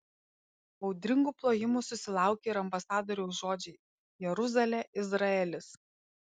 audringų plojimų susilaukė ir ambasadoriaus žodžiai jeruzalė izraelis